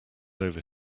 over